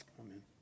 Amen